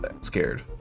scared